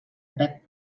pep